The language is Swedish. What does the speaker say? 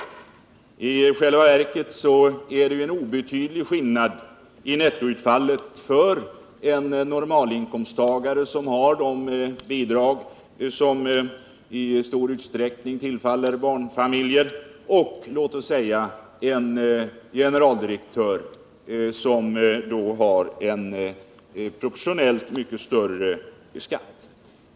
I själva verket är det en obetydlig skillnad i nettoutfallet fören normal inkomsttagare, som har de bidrag som i stor utsträckning tillfaller barnfamiljer, och t.ex. en generaldirektör, som då har en proportionellt mycket högre skatt.